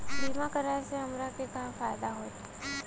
बीमा कराए से हमरा के का फायदा होई?